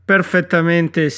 Perfettamente